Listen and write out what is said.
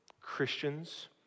Christians